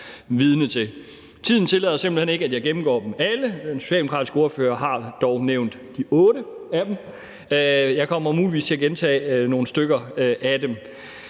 Tiden tillader simpelt hen ikke, at jeg gennemgår dem alle. Den socialdemokratiske ordfører har dog nævnt de 8 af dem. Jeg kommer muligvis til at gentage nogle stykker af dem.